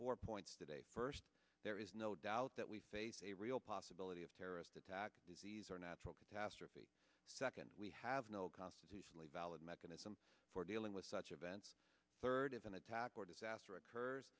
four points today first there is no doubt that we face a real possibility of terrorist attacks disease or natural catastrophe second we have no constitutionally valid mechanism for dealing with such events third of an attack or disaster